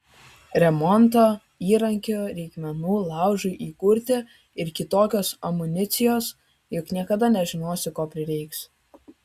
remonto įrankių reikmenų laužui įkurti ir kitokios amunicijos juk niekada nežinosi ko prireiks